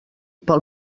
pel